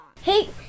Hey